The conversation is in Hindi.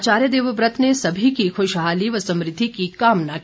आचार्य देवव्रत ने सभी की खुशहाली व समृद्धि की कामना की